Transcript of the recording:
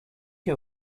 you